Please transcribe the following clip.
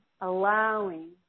allowing